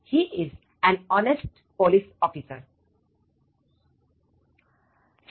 He is an honest police officer